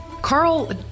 Carl